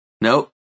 Nope